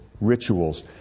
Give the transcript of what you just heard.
rituals